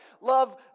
Love